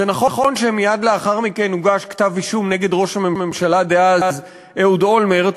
זה נכון שמייד לאחר מכן הוגש כתב-אישום נגד ראש הממשלה דאז אהוד אולמרט,